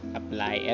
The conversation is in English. apply